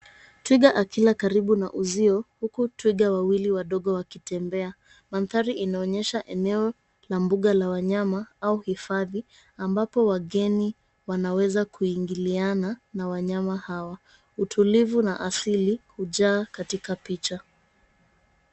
Twiga akila karibu na uzio huku twiga wawili wadogo wakitembea, maandhari inaonyesha eneo la mbuga la wanyama au hifadhi ambapo wageni wanaweza kuingiliana na wanyama hawa, utulivu na asili hujaa katika picha.